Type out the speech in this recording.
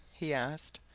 he asked.